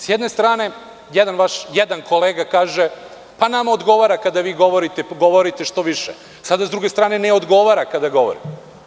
Sa jedne strane, jedan kolega kaže – nama odgovara kada govorite što više, a sada sa druge strane ne odgovara kada govorimo.